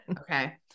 Okay